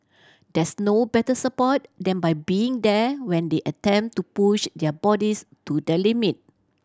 there's no better support than by being there when they attempt to push their bodies to the limit